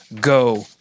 go